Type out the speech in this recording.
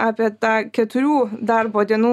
apie tą keturių darbo dienų